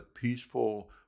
peaceful